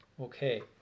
Okay